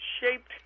shaped